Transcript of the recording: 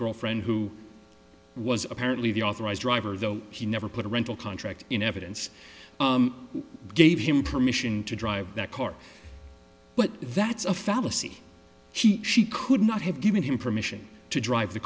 girlfriend who was apparently the authorized driver though he never put a rental contract in evidence gave him permission to drive that car but that's a fallacy she she could not have given him permission to drive the